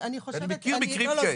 אני מכיר מקרים כאלה.